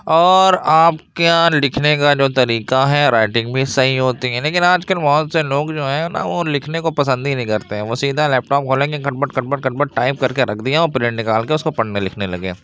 اور آپ کے یہاں لکھنے کا جو طریقہ ہے رائٹنگ بھی صحیح ہوتی ہے لیکن آج کل بہت سے لوگ جو ہیں نا وہ لکھنے کو پسند ہی نہیں کرتے ہیں وہ سیدھا لیپ ٹاپ کھولیں گے کھٹ پٹ کھٹ پٹ کھٹ پٹ ٹائپ کر کے رکھ دیا اور پرنٹ نکال کے اس کو پڑھنے لکھنے لگے